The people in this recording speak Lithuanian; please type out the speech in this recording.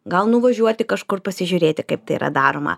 gal nuvažiuoti kažkur pasižiūrėti kaip tai yra daroma